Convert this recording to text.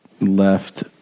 left